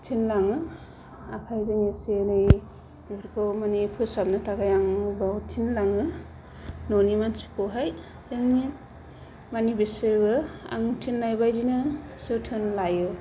थिनलाङो आखाइजों एसे एनै बेफोरखौ माने फोसाबनो थाखाय आं बेयाव थिनलाङो न'नि मानसिखौहाय माने बिसोरबो आं थिननाय बादिनो जोथोन लायो